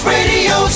Radio